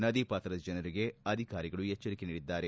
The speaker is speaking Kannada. ನದಿ ಪಾತ್ರದ ಜನರಿಗೆ ಅಧಿಕಾರಿಗಳು ಎಚ್ಚರಿಕೆ ನೀಡಿದ್ದಾರೆ